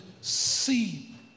see